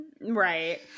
Right